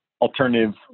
alternative